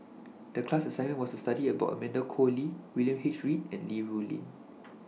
The class assignment was to study about Amanda Koe Lee William H Read and Li Rulin